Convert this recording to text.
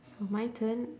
so my turn